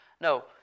No